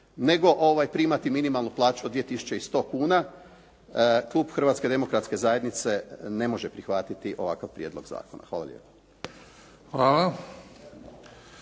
nego primati minimalnu plaću od 2 100 kuna, klub Hrvatske demokratske zajednice ne može prihvatiti ovakav prijedlog zakona. Hvala lijepo.